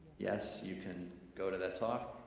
yes, you can go to that talk,